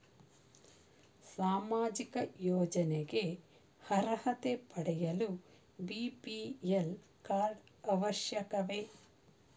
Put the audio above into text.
ಸಾಮಾಜಿಕ ಯೋಜನೆಗೆ ಅರ್ಹತೆ ಪಡೆಯಲು ಬಿ.ಪಿ.ಎಲ್ ಕಾರ್ಡ್ ಅವಶ್ಯಕವೇ?